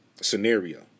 scenario